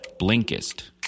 Blinkist